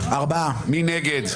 מי נגד?